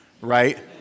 right